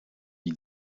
die